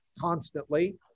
constantly